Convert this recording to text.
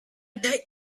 take